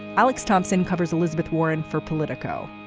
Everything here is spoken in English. alex thompson covers elizabeth warren for politico.